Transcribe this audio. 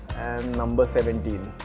number seventeen.